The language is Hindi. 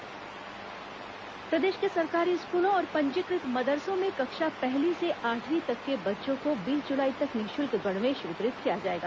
गणवेश अध्यापन सारणी प्रदेश के सरकारी स्कूलों और पंजीकृत मदरसों में कक्षा पहली से आठवीं तक के बच्चों को बीस जुलाई तक निःशुल्क गणवेश वितरित किया जाएगा